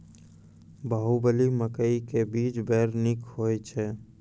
बाहुबली मकई के बीज बैर निक होई छै